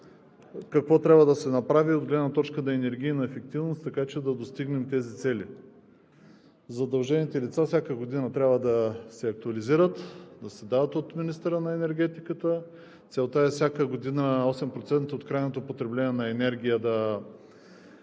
какво трябва да се направи от гледна точка на енергийната ефективност, така че да достигнем тези цели. Задължените лица всяка година трябва да се актуализират – да се дават от министъра на енергетиката. Целта е всяка година 8% от крайното потребление на енергия